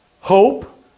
hope